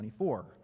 24